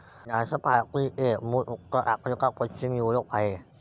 नाशपातीचे मूळ उत्तर आफ्रिका, पश्चिम युरोप आहे